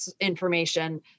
information